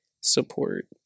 support